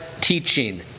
teaching